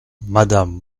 madame